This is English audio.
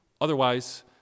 Otherwise